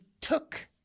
took